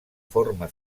forma